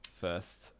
first